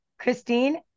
Christine